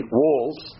walls